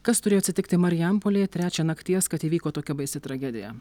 kas turėjo atsitikti marijampolėje trečią nakties kad įvyko tokia baisi tragedija